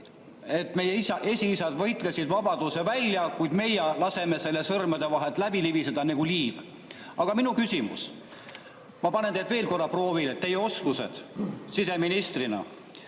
et meie esiisad võitlesid vabaduse välja, kuid meie laseme sellel nagu liival sõrmede vahelt läbi libiseda. Aga minu küsimus. Ma panen teid veel korra proovile, teie oskused siseministrina.